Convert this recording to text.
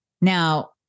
Now